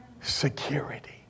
security